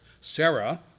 Sarah